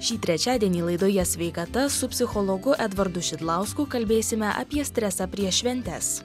šį trečiadienį laidoje sveikata su psichologu edvardu šidlausku kalbėsime apie stresą prieš šventes